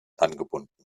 angebunden